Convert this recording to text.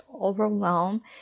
overwhelm